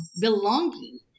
belonging